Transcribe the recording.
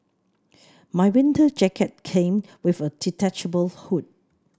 my winter jacket came with a detachable hood